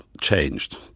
changed